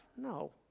No